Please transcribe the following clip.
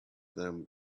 them